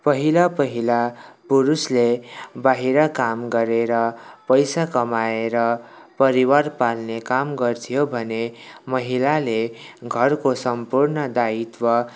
पहिला पहिला पुरुषले बाहिर काम गरेर पैसा कमाएर परिवार पाल्ने काम गर्थ्यो भने महिलाले घरको सम्पूर्ण दायित्व